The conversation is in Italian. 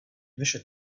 invece